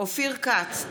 אופיר כץ,